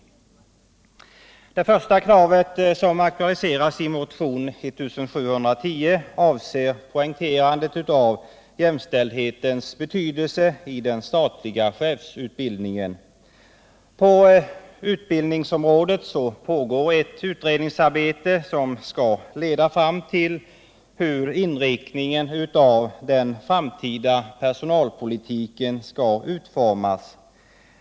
Det första krav som aktualiseras i motionen 1710 avser poängterandet av jämställdhetens betydelse i den statliga chefsutbildningen. På utbildningsområdet pågår ett utredningsarbete, vilket skall leda fram till förslag om hur inriktningen av den framtida personalpolitiken skall utformas.